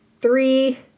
Three